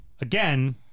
again